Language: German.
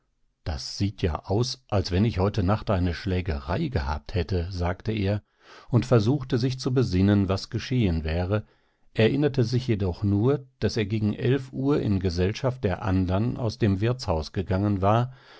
das sieht ja aus als wenn ich heute nacht eine schlägerei gehabt hätte sagte er und versuchte sich zu besinnen was geschehen wäre erinnerte sich jedoch nur daß er gegen elf uhr in gesellschaft der andern aus dem wirtshaus gegangen war